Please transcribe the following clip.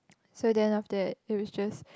so then after that there is just